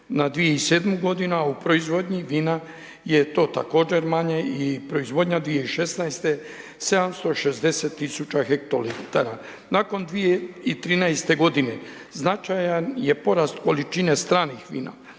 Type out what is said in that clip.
na 2007. g. a u proizvodnji vina je to također vina i proizvodnja 2016. 760 tisuća hektolitara. Nakon 2013. g. značajan je porast količine stranih vina,